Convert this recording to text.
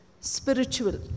Spiritual